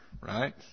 right